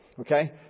Okay